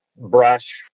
brush